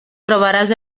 trobaràs